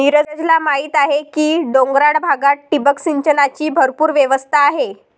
नीरजला माहीत आहे की डोंगराळ भागात ठिबक सिंचनाची भरपूर व्यवस्था आहे